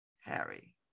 Harry